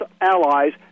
allies